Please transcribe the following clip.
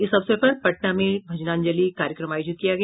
इस अवसर पर पटना में भजनांजलि कार्यक्रम आयोजित किया गया